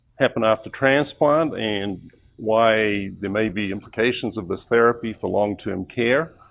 happen after transplant and why there may be implications of this therapy for long term care.